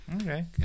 Okay